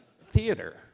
theater